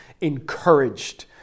encouraged